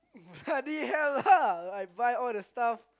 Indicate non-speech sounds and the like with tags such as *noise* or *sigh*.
*laughs* bloody hell ah I buy all the stuff